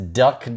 duck